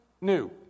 new